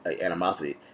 animosity